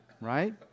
Right